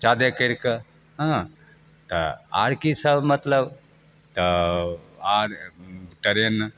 जादे करिके हँ तऽ आओर कि सब मतलब तऽ आओर ट्रेन